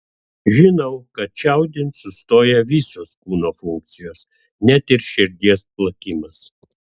žinau kad čiaudint sustoja visos kūno funkcijos net ir širdies plakimas